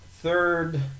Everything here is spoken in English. third